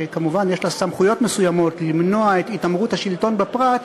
שכמובן יש לה סמכויות מסוימות למנוע את התעמרות השלטון בפרט,